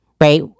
right